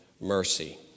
mercy